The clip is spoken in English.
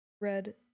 red